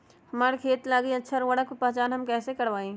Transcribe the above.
हमार खेत लागी अच्छा उर्वरक के पहचान हम कैसे करवाई?